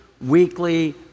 weekly